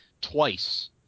Twice